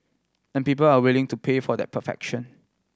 and people are willing to pay for that perfection